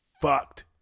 fucked